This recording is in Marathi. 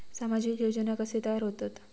सामाजिक योजना कसे तयार होतत?